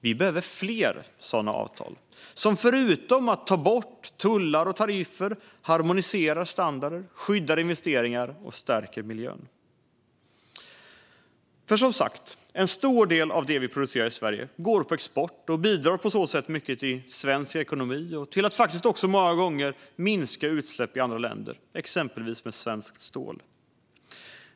Vi behöver fler sådana avtal som förutom att ta bort tullar och tariffer harmoniserar standarder, skyddar investeringar och stärker miljön. Som sagt går en stor del av det som vi producerar i Sverige på export och bidrar på så sätt mycket till svensk ekonomi och till att faktiskt också många gånger minska utsläpp i andra länder, exempelvis med svenskt stål.